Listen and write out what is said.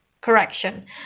correction